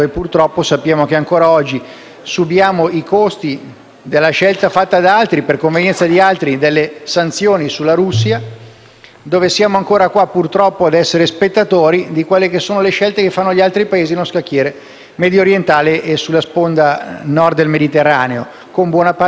della scelta fatta da altri, per convenienza di altri, delle sanzioni alla Russia e siamo ancora qua, purtroppo spettatori delle scelte che fanno altri Paesi nello scacchiere mediorientale e sulla sponda Sud del Mediterraneo, con buona pace del ministro Minniti, che nelle scorse settimane e negli scorsi mesi